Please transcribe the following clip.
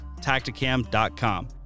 Tacticam.com